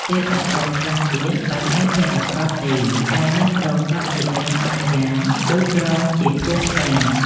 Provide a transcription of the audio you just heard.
ទេបអប្សរខ្លះទៀត ឥតមានពាក់មកុដ ទេ តែមានក្រងសក់ជាច្រើនបែបយ៉ាង ដូចក្រងជាភួងផ្កា។